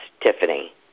Tiffany